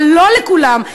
אבל לא לכולם,